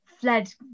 fled